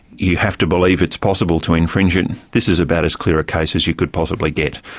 you have to believe it's possible to infringe it. this is about as clear a case as you could possibly get,